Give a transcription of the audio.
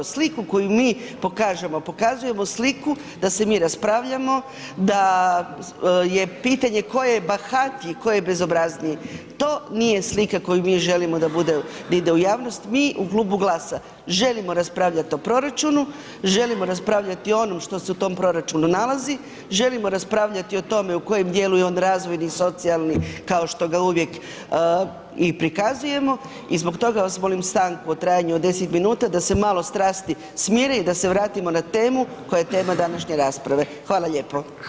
Sliku koju mi pokažemo, pokazujemo sliku da se mir raspravljamo, da je pitanje koji je bahatiji, ko je bezobrazniji, to nije slika koju mi želimo da bude ni da ide u javnost, mi u klubu GLAS-a želimo raspravljati o proračunu, želimo raspravljati o onom što se u tom proračunu nalazi, želimo raspravljati o tome u kojem djelu je on razvojni, socijalni kao što ga uvijek i prikazujemo i zbog toga vas molim stanku u trajanju od 10 minuta da se malo strasti smire i da se vratimo na temu koja je tema današnje rasprave, hvala lijepo.